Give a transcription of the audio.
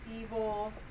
evil